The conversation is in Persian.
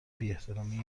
بیاحترامی